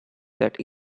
that